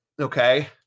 Okay